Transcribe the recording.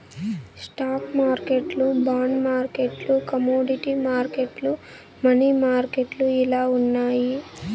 stock మార్కెట్లు bond మార్కెట్లు commodity మార్కెట్లు, మనీ మార్కెట్లు ఇలా ఉన్నాయి